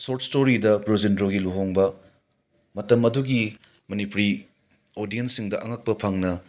short ꯁ꯭ꯇꯣꯔꯤꯗ ꯕ꯭ꯔꯣꯖꯦꯟꯗ꯭ꯔꯣꯒꯤ ꯂꯨꯍꯣꯡꯕ ꯃꯇꯝ ꯑꯗꯨꯒꯤ ꯃꯅꯤꯄꯨꯔꯤ ꯑꯣꯗꯤꯌꯟꯁꯁꯤꯡꯗ ꯑꯉꯛꯄ ꯐꯪꯅ